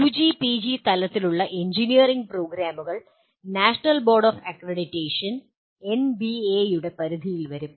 UG PG തലത്തിലുള്ള engineering പ്രോഗ്രാമുകൾ national board of accreditation എൻബിഎയുടെ പരിധിയിൽ വരും